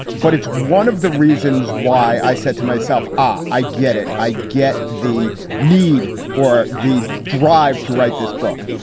but it's one of the reasons why i said to myself, ah i get it. i get the need or the drive to write this book.